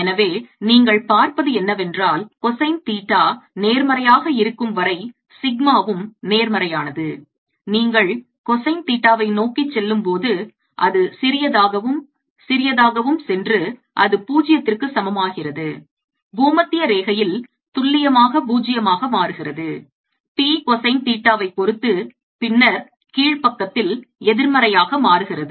எனவே நீங்கள் பார்ப்பது என்னவென்றால் cosine தீட்டா நேர்மறையாக இருக்கும் வரை சிக்மாவும் நேர்மறையானது நீங்கள் cosine தீட்டாவை நோக்கிச் செல்லும்போது அது சிறியதாகவும் சிறியதாகவும் சென்று அது பூஜ்ஜியத்திற்கு சமமாகிறது பூமத்திய ரேகையில் துல்லியமாக பூஜ்ஜியமாக மாறுகிறது p cosine தீட்டாவை பொறுத்து பின்னர் கீழ்பக்கத்தில் எதிர்மறையாக மாறுகிறது